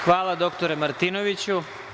Hvala doktore Martinoviću.